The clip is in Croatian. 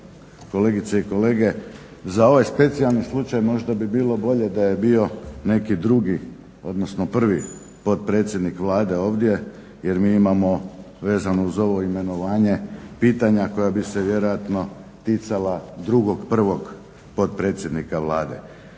kolegice i kolege. Za ovaj specijalni slučaj možda bi bilo bolje da je bio neki drugi, odnosno prvi potpredsjednik Vlade, ovdje jer mi imamo vezano uz ovo imenovanje pitanja koja bi se vjerojatno ticala drugog prvog potpredsjednika Vlade.